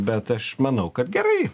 bet aš manau kad gerai